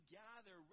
gather